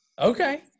Okay